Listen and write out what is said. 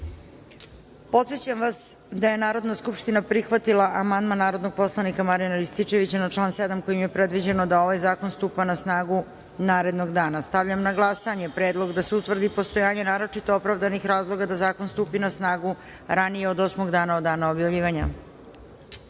zakona. Podsećam vas da je Narodna skupština prihvatila amandman narodnog poslanika Marijana Rističevića na član 7. kojim je predviđeno da ovaj zakon stupa na snagu narednog dana. Stavljam na glasanje predlog da se utvrdi postojanje naročito opravdanih razloga da zakon stupi na snagu ranije od osmog dana od dana objavljivanja. Zaključujem